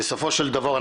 בסופו של דבר,